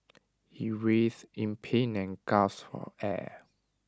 he writes in pain and gasped for air